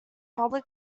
public